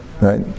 right